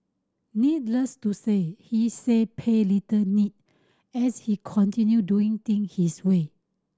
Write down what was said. needless to say he say paid little need as he continue doing thing his way